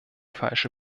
falsche